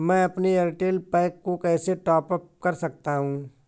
मैं अपने एयरटेल पैक को कैसे टॉप अप कर सकता हूँ?